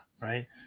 right